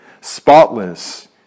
spotless